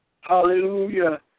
hallelujah